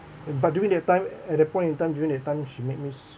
and but during that time at that point in time during that time she made me